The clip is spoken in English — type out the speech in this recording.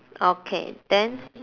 okay then